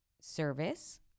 service